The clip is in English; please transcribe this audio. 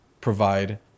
provide